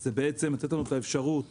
זה בעצם לתת לנו את האפשרות